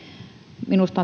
minusta